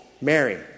Mary